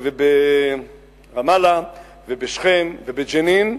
ברמאללה, בשכם ובג'נין.